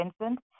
Vincent